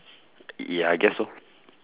ya I guess so